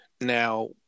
now